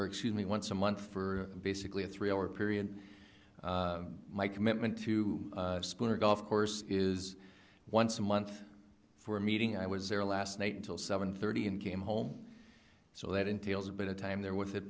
or excuse me once a month for basically a three hour period my commitment to school or golf course is once a month for a meeting i was there last night until seven thirty and came home so that entails a bit of time there with it